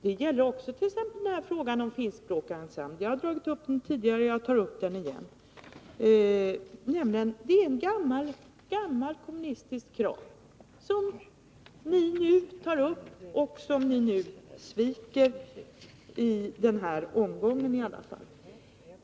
Det gäller också t.ex. frågan om en finskspråkig ensemble. Jag har tagit upp den tidigare, och jag tar upp den i dag. Det är ett gammalt kommunistiskt krav, som vi nu tar upp och som ni sviker — i alla fall i den här omgången.